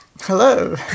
Hello